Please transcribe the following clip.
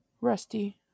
Rusty